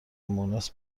مونس